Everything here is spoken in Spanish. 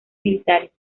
militares